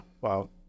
Wow